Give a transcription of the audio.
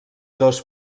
dos